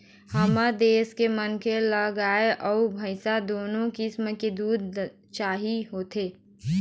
हमर देश के मनखे ल गाय अउ भइसी दुनो किसम के दूद चाही होथे